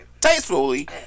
tastefully